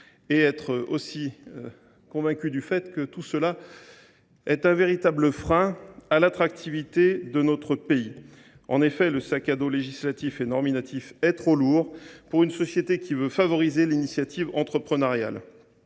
être convaincu du fait que cette complexité est un véritable frein à l’attractivité de notre pays. Le sac à dos législatif et normatif est trop lourd pour une société qui veut favoriser l’initiative entrepreneuriale.